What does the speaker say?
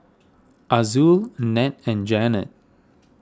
Azul Ned and Janet